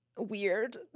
weird